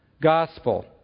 gospel